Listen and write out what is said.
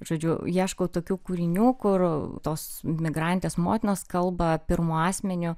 žodžiu ieškau tokių kūrinių kur tos emigrantės motinos kalba pirmu asmeniu